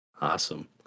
Awesome